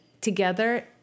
together